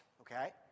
okay